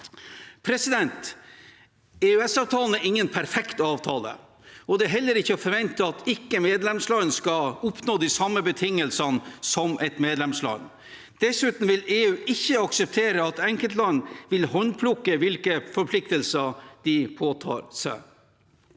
tilfelle.» EØS-avtalen er ingen perfekt avtale, og det er heller ikke å forvente at ikke-medlemsland skal oppnå de samme betingelsene som et medlemsland. Dessuten vil ikke EU akseptere at enkeltland vil håndplukke hvilke forpliktelser de påtar seg.